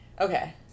Okay